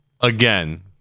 again